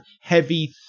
heavy